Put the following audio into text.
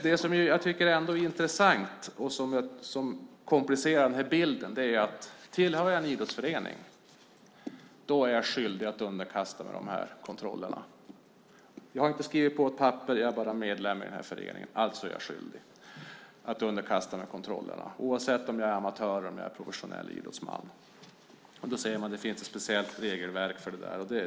Det jag ändå tycker är intressant och som komplicerar bilden är att tillhör jag en idrottsförening är jag skyldig att underkasta mig de här kontrollerna. Jag har inte skrivit på något papper, jag är bara medlem i den här föreningen - alltså är jag skyldig att underkasta mig kontrollerna, oavsett om jag är amatör eller om jag är professionell idrottsman. Man säger att det finns ett speciellt regelverk för det där.